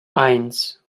eins